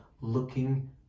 looking